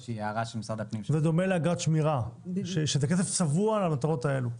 זה דומה לאגרת שמירה, שזה כסף צבוע למטרות האלה.